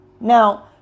Now